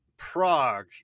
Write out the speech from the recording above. Prague